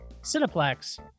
Cineplex